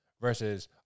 Versus